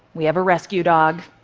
we have a rescue dog.